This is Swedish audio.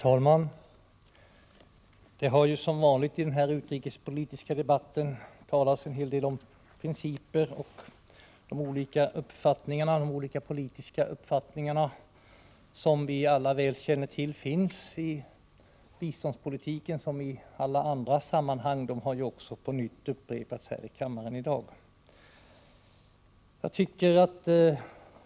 Herr talman! Som vanligt har det i debatten talats en hel del om principer. De olika politiska uppfattningarna, som vi alla väl känner till, finns i biståndpolitiken som i alla andra sammanhang och har också på nytt upprepats här i kammaren i dag.